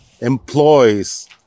employs